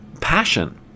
passion